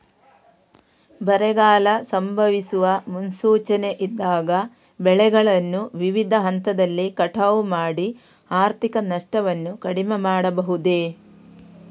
ಬರಗಾಲ ಸಂಭವಿಸುವ ಮುನ್ಸೂಚನೆ ಇದ್ದಾಗ ಬೆಳೆಗಳನ್ನು ವಿವಿಧ ಹಂತದಲ್ಲಿ ಕಟಾವು ಮಾಡಿ ಆರ್ಥಿಕ ನಷ್ಟವನ್ನು ಕಡಿಮೆ ಮಾಡಬಹುದೇ?